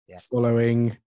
following